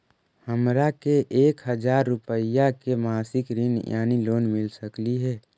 हमरा के एक हजार रुपया के मासिक ऋण यानी लोन मिल सकली हे?